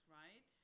right